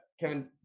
kevin